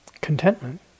contentment